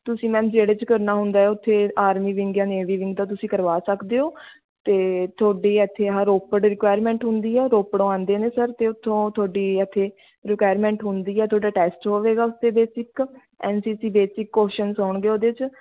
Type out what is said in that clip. ਤੁਸੀਂ ਮੈਮ ਜਿਹੜੇ 'ਚ ਕਰਨਾ ਹੁੰਦਾ ਉੱਥੇ ਆਰਮੀ ਵਿੰਗ ਜਾਂ ਨੇਵੀ ਵਿੰਗ ਤਾਂ ਤੁਸੀਂ ਕਰਵਾ ਸਕਦੇ ਹੋ ਅਤੇ ਤੁਹਾਡੇ ਇੱਥੇ ਆਹ ਰੋਪੜ ਰਿਕੁਆਇਰਮੈਂਟ ਹੁੰਦੀ ਹੈ ਰੋਪੜੋ ਆਉਂਦੇ ਨੇ ਸਰ ਅਤੇ ਉੱਥੋਂ ਤੁਹਾਡੀ ਇੱਥੇ ਰਿਕੁਆਇਰਮੈਂਟ ਹੁੰਦੀ ਹੈ ਤੁਹਾਡਾ ਟੈਸਟ ਹੋਵੇਗਾ ਉਸ ਦੇ ਵਿੱਚ ਇੱਕ N C C basic questions ਆਉਣਗੇ ਉਹਦੇ 'ਚ